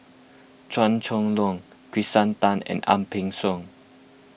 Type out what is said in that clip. Chua Chong Long Kirsten Tan and Ang Peng Siong